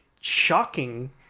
shocking